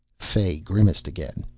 fay grimaced again.